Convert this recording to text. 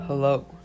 Hello